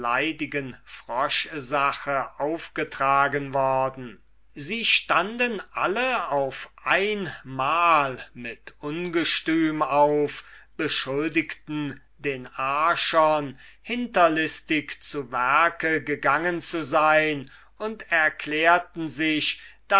aufgetragen worden sie stunden alle auf einmal mit ungestüm auf beschuldigten den archon daß er hinterlistig zu werke gegangen und erklärten sich